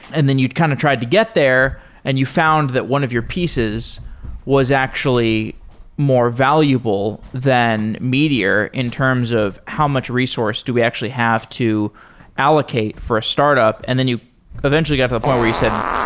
and then you'd kind of tried to get there and you found that one of your pieces was actually more valuable than meteor in terms of how much resource do we actually have to allocate for a startup, and then you eventually got to a point where you said,